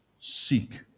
seek